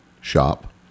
shop